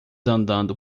andando